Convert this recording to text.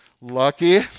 Lucky